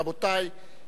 מירי רגב, רוברט טיבייב,